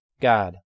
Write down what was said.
God